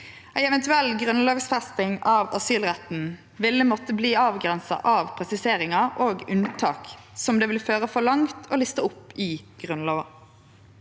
Ei eventuell grunnlovfesting av asylretten vil måtte verte avgrensa av presiseringar og unntak som det vil føre for langt å liste opp i Grunnlova.